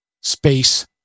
space